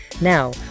Now